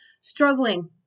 struggling